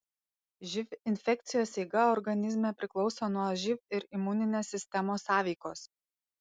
živ infekcijos eiga organizme priklauso nuo živ ir imuninės sistemos sąveikos